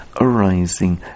arising